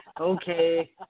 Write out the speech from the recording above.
okay